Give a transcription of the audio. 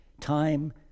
time